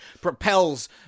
propels